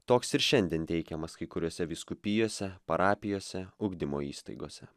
toks ir šiandien teikiamas kai kuriose vyskupijose parapijose ugdymo įstaigose